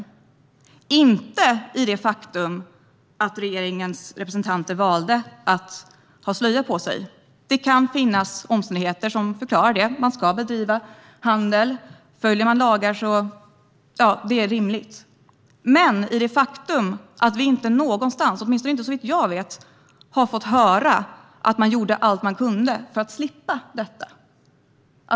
Och jag talar inte om det faktum att regeringens representanter valde att ha slöja på sig. Det kan finnas omständigheter som förklarar detta. Man ska bedriva handel, och det är rimligt att följa lagar. Faktum är att vi inte någonstans - åtminstone inte såvitt jag vet - har fått höra att man gjorde allt man kunde för att slippa detta.